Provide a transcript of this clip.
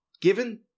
given